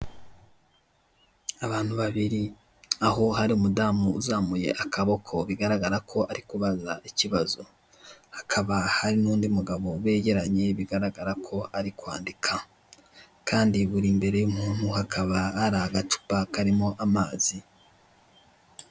Abantu babiri aho hari umudamu uzamuye ukuboko bigaragara ko ari kubaza ikibazo hakaba hari n'undi mugabo bigaragara ko ari kwandika, kandi buri imbere y'umuntu hakaba hari agacupa karimo amazi.